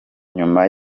nyuma